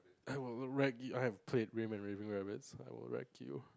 I will wreck you I have played and Raving Rabbits I will wreck you